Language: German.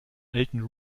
alten